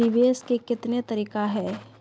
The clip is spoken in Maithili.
निवेश के कितने तरीका हैं?